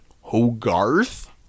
Hogarth